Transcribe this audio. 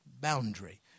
boundary